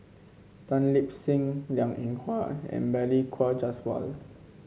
Tan Lip Seng Liang Eng Hwa and Balli Kaur Jaswal